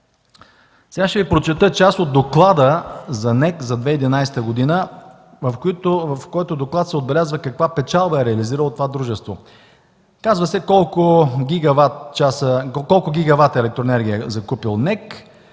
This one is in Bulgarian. Сега ще Ви прочета част от доклада за НЕК за 2011 г., в който се отбелязва каква печалба е реализирало това дружество. Казва се колко гигавата електроенергия е закупил НЕК